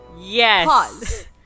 Yes